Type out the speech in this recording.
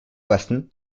western